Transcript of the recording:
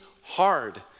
hard